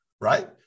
Right